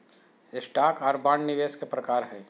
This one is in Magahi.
स्टॉक आर बांड निवेश के प्रकार हय